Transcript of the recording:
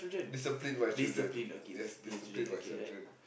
discipline my children yes discipline my children